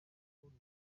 rubavu